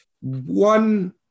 one